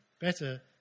better